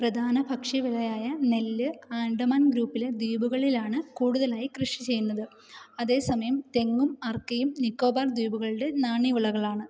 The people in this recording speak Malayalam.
പ്രധാന ഭക്ഷ്യവിളയായ നെല്ല് ആൻഡമാൻ ഗ്രൂപ്പിലെ ദ്വീപുകളിലാണ് കൂടുതലായി കൃഷി ചെയ്യുന്നത് അതേസമയം തെങ്ങും അർക്കയും നിക്കോബാർ ദ്വീപുകളുടെ നാണ്യവിളകളാണ്